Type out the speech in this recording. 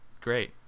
great